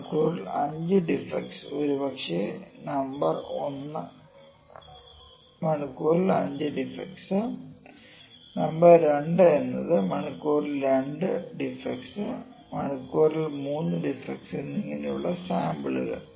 മണിക്കൂറിൽ 5 ഡിഫെക്ടസ് ഒരുപക്ഷേ നമ്പർ 1 മണിക്കൂറിൽ 5 ഡിഫെക്ടസ് നമ്പർ 2 എന്നത് മണിക്കൂറിൽ 2 ഡിഫെക്ടസ് മണിക്കൂറിൽ 3 ഡിഫെക്ടസ് എന്നിങ്ങനെയുള്ള സാംപിളുകൾ